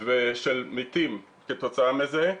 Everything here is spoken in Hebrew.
מתים כתוצאה מזה.